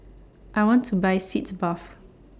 I want to Buy Sitz Bath